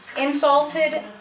Insulted